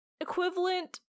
equivalent